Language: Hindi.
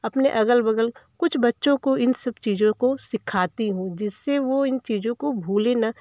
अपने अगल बगल अपने कुछ बच्चों को इन सब चीज़ों को सिखाती हूँ जिससे वो इन चीज़ों को भूलें न